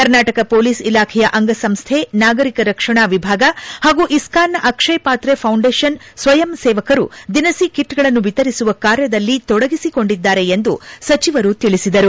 Karnataka police ಇಲಾಖೆಯ ಅಂಗಸಂಸ್ವೆ ನಾಗರಿಕ ರಕ್ಷಣಾ ವಿಭಾಗ ಹಾಗೂ ಇಸ್ತಾನ್ನ ಅಕ್ಷಯ ಪಾತ್ರೆ ಫೌಂಡೇಷನ್ ಸ್ವಯಂ ಸೇವಕರು ದಿನಖಿ ಕಿಟ್ಗಳನ್ನು ವಿತರಿಸುವ ಕಾರ್ಯದಲ್ಲಿ ತೊಡಗಿಸಿಕೊಂಡಿದ್ದಾರೆ ಎಂದು ಸಚಿವರು ತಿಳಿಸಿದರು